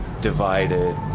divided